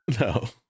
No